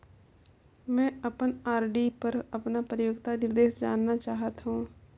मैं अपन आर.डी पर अपन परिपक्वता निर्देश जानना चाहत हों